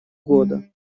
года